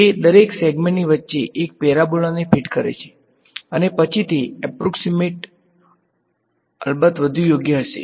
તે દરેક સેગમેન્ટની વચ્ચે એક પેરાબોલાને ફિટ કરે છે અને પછી તે એપ્રોક્ષીમેટ અલબત્ત વધુ યોગ્ય હશે